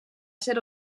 ser